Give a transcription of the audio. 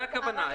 זו הכוונה?